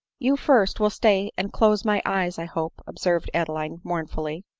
you first will stay and close my eyes, i hope! observed adeline mournfully.